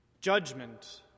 Judgment